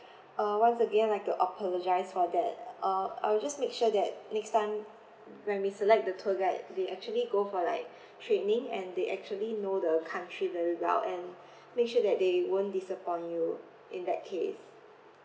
uh once again like to apologise for that uh I will just make sure that next time when we select the tour guide they actually go for like training and they actually know the country very well and make sure that they won't disappoint you in that case